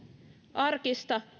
arkista